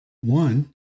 One